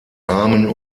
armen